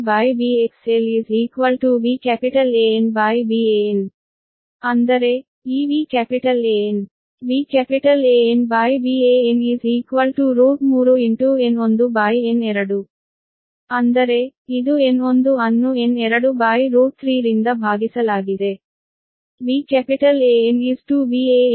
ಅಂದರೆ ಈ VAn VAnVan 3 N1N2 ಅಂದರೆ ಇದು N1 ಅನ್ನು N23 ರಿಂದ ಭಾಗಿಸಲಾಗಿದೆ VAn Van N1N23